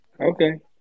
Okay